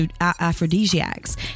aphrodisiacs